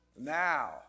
Now